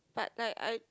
but like I